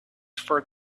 for